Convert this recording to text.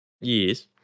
Yes